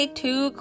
two